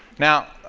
now,